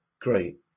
great